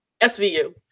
SVU